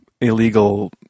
illegal